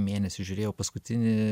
mėnesį žiūrėjau paskutinį